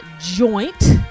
joint